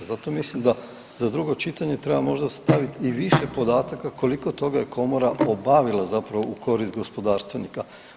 Zato mislim da za drugo čitanje treba možda staviti i više podataka koliko toga je komora obavila zapravo u korist gospodarstvenika.